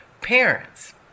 parents